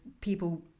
people